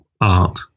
art